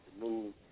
move